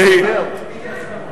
הנה הגיע שר.